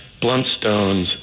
Bluntstones